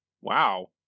wow